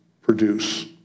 produce